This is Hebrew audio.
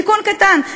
תיקון קטן,